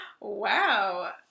wow